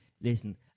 listen